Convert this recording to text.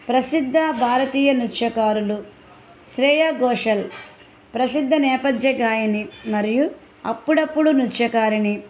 ప్రసిద్ధ భారతీయ నృత్యకారులు శ్రేయ ఘోషల్ ప్రసిద్ధ నేపద్య గాయని మరియు అప్పుడప్పుడు నృత్యకారిణి